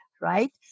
right